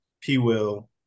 P-Will